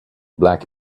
black